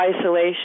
isolation